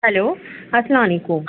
hello السّلام علیکم